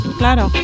claro